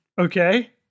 Okay